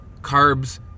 carbs